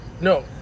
No